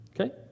Okay